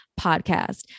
podcast